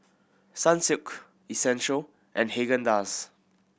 Sunsilk Essential and Haagen Dazs